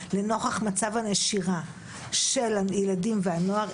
לנוכח מצב הנשירה של הילדים והנוער,